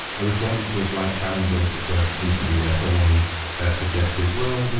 i responded to a slight challenge on twitter recently where someone ah suggested, well, you know